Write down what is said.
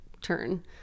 turn